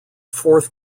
fourth